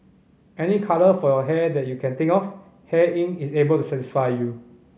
any colour for your hair that you can think of Hair Inc is able to satisfy you